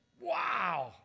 Wow